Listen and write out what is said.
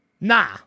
nah